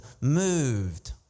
moved